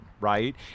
right